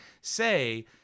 say